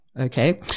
okay